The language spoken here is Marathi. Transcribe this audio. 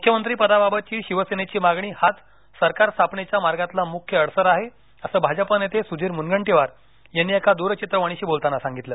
मुख्यमंत्रीपदाबाबतची शिवसेनेची मागणी हाच सरकारस्थापनेच्या मार्गातला मुख्य अडसर हे असं भाजपा नेते सुधीर मुनगंटीवार यांनी एका दूरचित्रवाणीशी बोलताना सांगितलं